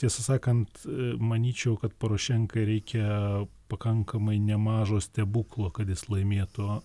tiesą sakant manyčiau kad porošenkai reikia pakankamai nemažo stebuklo kad jis laimėtų